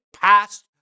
past